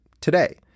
Today